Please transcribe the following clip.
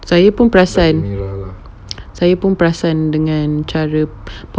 saya pun perasan saya pun perasan dengan cara